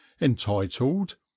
entitled